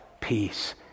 peace